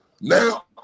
Now